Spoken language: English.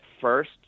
first